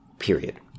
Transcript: period